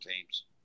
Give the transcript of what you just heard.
teams